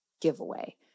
giveaway